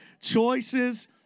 choices